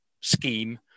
scheme